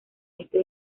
este